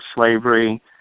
slavery